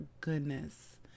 goodness